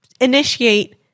initiate